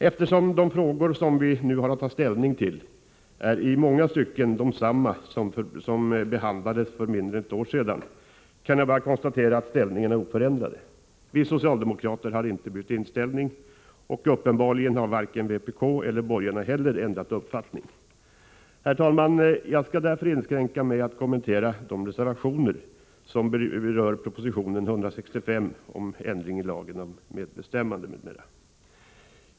Eftersom de frågor som vi har att ta ställning till i dag i många stycken är desamma som behandlades för mindre än ett år sedan kan jag bara konstatera att ställningarna är oförändrade. Vi socialdemokrater har inte bytt inställning, och uppenbarligen har varken vpk eller borgarna heller ändrat inställning. Jag skall därför, herr talman, inskränka mig till att kommentera de reservationer som berör proposition 1983/84:165 om ändringar i lagen om medbestämmande.